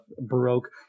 baroque